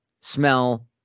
Smell